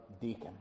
deacon